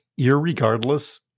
irregardless